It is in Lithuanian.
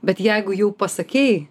bet jeigu jau pasakei